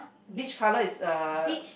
beach colour is a